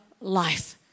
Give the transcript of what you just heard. life